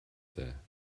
there